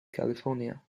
california